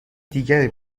دیگری